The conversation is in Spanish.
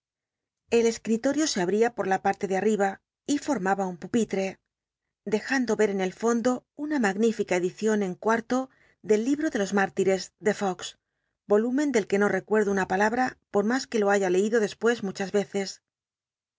el escritorio se abría por la partc de artiba y formaha un pupitre dejando ver en el fondo una magnifica cclicion en i del libro de los mártires de fox rolúmcn del e ue no rccucnlo una palnbra por mas que lo ha a leido dcspucs muchas cccs